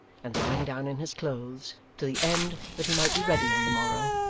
and lying down in his clothes to the end that he might be ready on the morrow,